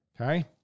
Okay